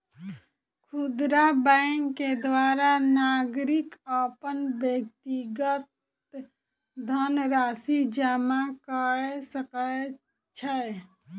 खुदरा बैंक के द्वारा नागरिक अपन व्यक्तिगत धनराशि जमा कय सकै छै